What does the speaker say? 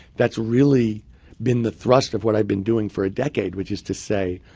that's really been the thrust of what i'd been doing for a decade, which is to say,